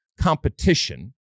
competition